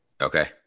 Okay